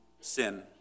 sin